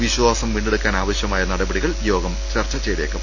വിശ്വാസം വീണ്ടെടുക്കാൻ ആവശ്യമായ നടപടികളും യോഗം ചർച്ച ചെയ്തേക്കും